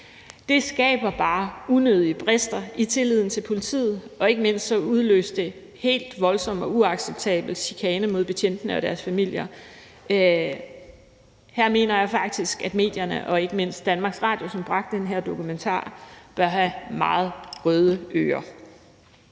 Det skaber bare unødige brister i tilliden til politiet, og ikke mindst udløste det helt voldsom og uacceptabel chikane mod betjentene og deres familier. Her mener jeg faktisk, at medierne og ikke mindst DR, som bragte den her dokumentar, bør have meget røde ører.